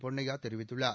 பொன்னையா தெரிவித்துள்ளார்